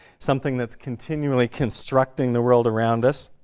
something that's continually constructing the world around us.